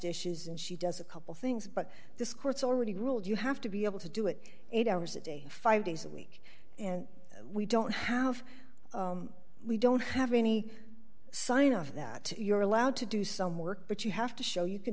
dishes and she does a couple things but this court's already ruled you have to be able to do it eight hours a day five days a week and we don't have we don't have any sign of that you're allowed to do some work but you have to show you can